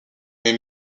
mais